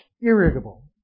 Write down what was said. irritable